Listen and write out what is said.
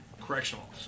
Correctional